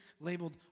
labeled